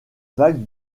vague